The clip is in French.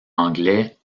anglais